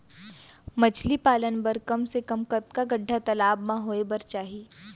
मछली पालन बर कम से कम कतका गड्डा तालाब म होये बर चाही?